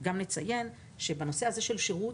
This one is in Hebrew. נציין גם שבנושא הזה השירות,